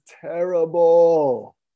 terrible